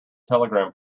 telegram